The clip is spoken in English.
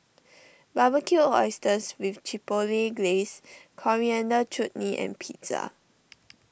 Barbecued Oysters with Chipotle Glaze Coriander Chutney and Pizza